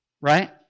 Right